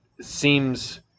seems –